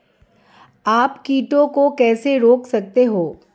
आप कीटों को कैसे रोक सकते हैं?